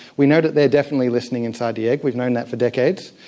we know that they are definitely listening inside the egg, we've known that for decades.